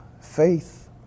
Faith